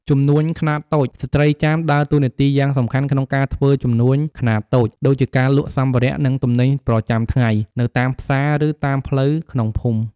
ជំនួញខ្នាតតូច ស្ត្រីចាមដើរតួនាទីយ៉ាងសំខាន់ក្នុងការធ្វើជំនួញខ្នាតតូច ដូចជា ការលក់សម្ភារៈ និងទំនិញប្រចាំថ្ងៃ នៅតាមផ្សារ ឬតាមផ្លូវក្នុងភូមិ។។